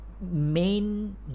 main